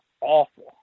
awful